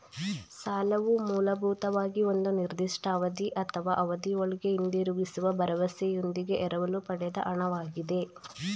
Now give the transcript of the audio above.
ಸಾಲವು ಮೂಲಭೂತವಾಗಿ ಒಂದು ನಿರ್ದಿಷ್ಟ ಅವಧಿ ಅಥವಾ ಅವಧಿಒಳ್ಗೆ ಹಿಂದಿರುಗಿಸುವ ಭರವಸೆಯೊಂದಿಗೆ ಎರವಲು ಪಡೆದ ಹಣ ವಾಗಿದೆ